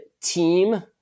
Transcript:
team